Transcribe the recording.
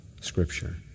Scripture